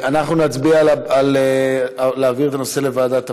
אנחנו נצביע על להעביר את הנושא לוועדת הפנים.